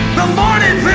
the lord had